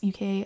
UK